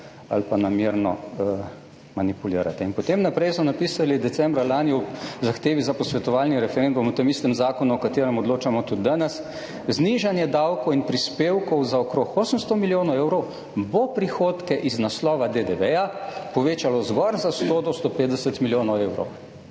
ali pa namerno manipulirate. In potem naprej so napisali decembra lani **26. TRAK: (SB) – 12.05** (Nadaljevanje) v zahtevi za posvetovalni referendum o tem istem zakonu, o katerem odločamo tudi danes, znižanje davkov in prispevkov za okrog 800 milijonov evrov bo prihodke iz naslova DDV povečalo zgolj za 100 do 150 milijonov evrov.